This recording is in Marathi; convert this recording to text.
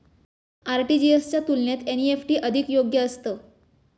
आर.टी.जी.एस च्या तुलनेत एन.ई.एफ.टी अधिक योग्य असतं